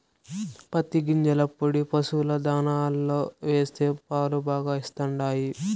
పత్తి గింజల పొడి పశుల దాణాలో వేస్తే పాలు బాగా ఇస్తండాయి